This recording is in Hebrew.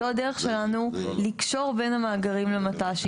זו הדרך שלנו לקשור בין המאגרים למט"שים.